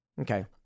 Okay